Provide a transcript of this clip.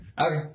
Okay